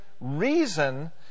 reason